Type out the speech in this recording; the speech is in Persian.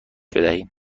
بدهیم